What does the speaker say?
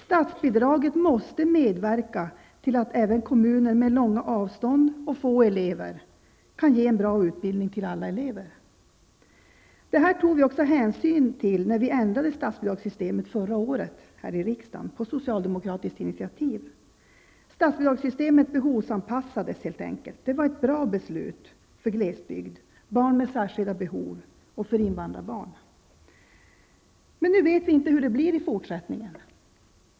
Statsbidraget måste medverka till att även kommuner med långa avstånd och få elever kan ge en bra utbildning till alla elever. Detta tog vi också hänsyn till när vi ändrade statsbidragssystemet förra året här i riksdagen på socialdemokratiskt initiativ. Statsbidragssystemet behovsanpassades helt enkelt. Det var ett bra beslut för glesbygd, för barn med särskilda behov och för invandrarbarn. Men nu vet vi inte hur det blir i fortsättningen.